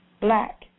black